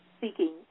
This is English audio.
seeking